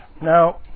Now